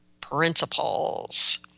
principles